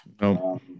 No